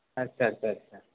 আচ্ছা আচ্ছা আচ্ছা